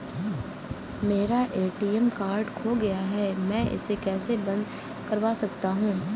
मेरा ATM card खो गया है मैं इसे कैसे बंद करवा सकता हूँ?